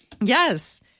Yes